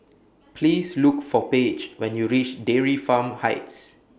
Please Look For Page when YOU REACH Dairy Farm Heights